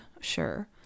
Sure